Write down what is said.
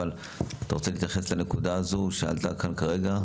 אבל אתה רוצה להתייחס לנקודה הזו שעלתה כאן כרגע?